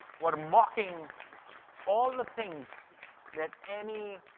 were mocking all the things that any